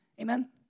Amen